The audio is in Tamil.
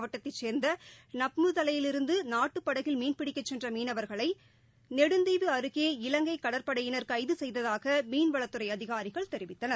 மாவட்டத்தைச் சேர்ந்தநம்புத்தலையிலிருந்துநாட்டுப் படகில் மீன்பிடிக்கச் ராமநாதபுரம் சென்றமீனவர்களை நெடுந்தீவு அருகே இலங்கைகடற்படையினர் கைதுசெய்ததாகமீன்வளத்துறைஅதிகாரிகள் தெரிவித்தனர்